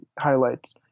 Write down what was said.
highlights